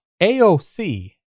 AOC